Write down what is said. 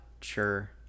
sure